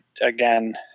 again